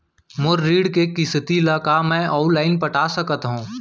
मोर ऋण के किसती ला का मैं अऊ लाइन पटा सकत हव?